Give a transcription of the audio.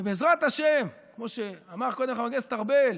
בעזרת השם, כמו שאמר קודם חבר הכנסת ארבל,